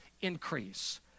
increase